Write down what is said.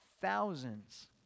thousands